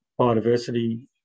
biodiversity